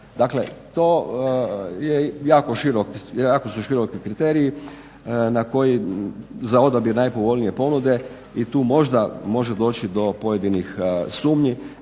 Dakle, jako su široki kriteriji za odabir najpovoljnije ponude i tu možda može doći do pojedinih sumnji